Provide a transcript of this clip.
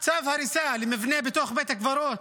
צו הריסה על מבנה בתוך בית הקברות.